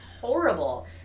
horrible